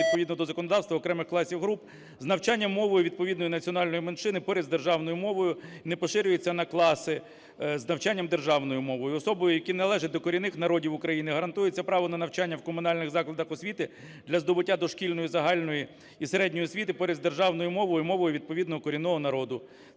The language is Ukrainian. відповідно до законодавства, окремих класів (груп) з навчанням мовою відповідної національної меншини поряд із державною мовою і не поширюється на класи з навчанням державною мовою. Особам, які належать до корінних народів України, гарантується право на навчання в комунальних закладах освіти для здобуття дошкільної загальної і середньої освіти, поряд із державною мовою, мовою відповідного корінного народу.